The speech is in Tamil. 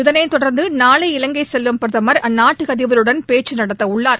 இதனைத் தொடர்ந்து நாளை இலங்கை செல்லும் பிரதமர் அந்நாட்டு அதிபருடன் பேச்சு நடத்தவுள்ளார்